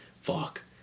fuck